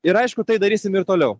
ir aišku tai darysim ir toliau